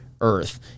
Earth